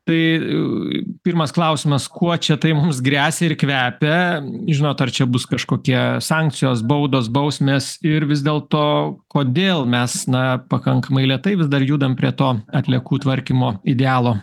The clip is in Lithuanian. tai pirmas klausimas kuo čia tai mums gresia ir kvepia žinot ar čia bus kažkokie sankcijos baudos bausmės ir vis dėl to kodėl mes na pakankamai lėtai vis dar judam prie to atliekų tvarkymo idealo